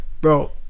Bro